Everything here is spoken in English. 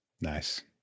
Nice